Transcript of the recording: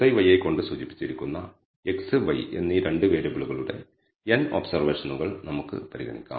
xi yi കൊണ്ട് സൂചിപ്പിച്ചിരിക്കുന്ന x y എന്നീ 2 വേരിയബിളുകളുടെ n ഒബ്സർവേഷനുകൾ നമുക്ക് പരിഗണിക്കാം